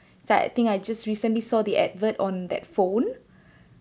that I think I just recently saw the advert on that phone